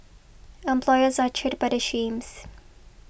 employers are cheered by the schemes